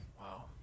Wow